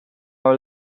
our